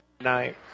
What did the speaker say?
night